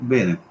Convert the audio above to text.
Bene